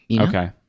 Okay